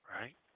Right